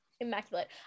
immaculate